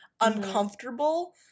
uncomfortable